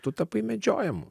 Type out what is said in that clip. tu tapai medžiojamu